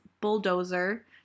bulldozer